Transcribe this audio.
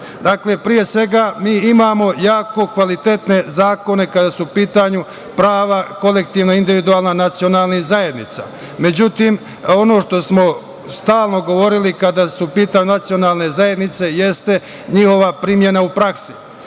pre svega, mi imamo jako kvalitetne zakone kada su u pitanju prava kolektivno-individualna nacionalnih zajednica. Međutim, ono što smo stalno govorili kada su u pitanju nacionalne zajednice jeste njihova primena u praksi. Tako